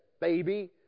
baby